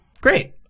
great